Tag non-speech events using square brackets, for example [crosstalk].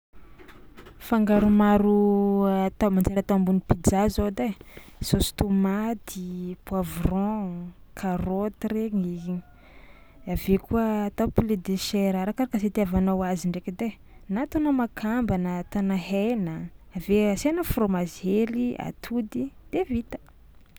[noise] Fangaro maro ata manjary atao ambony pizza zao edy ai: saosy tômaty, poivron, karaoty regny, avy eo koa atao poulet de chair arakaraka zay itiavanao azy ndraiky edy ai, na ataonao makamba na atanà hena avy eo asiana frômazy hely, atody de vita.